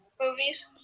movies